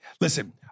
Listen